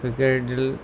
cricket